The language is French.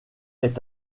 est